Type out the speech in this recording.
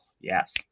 yes